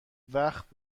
وقت